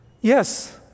Yes